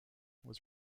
was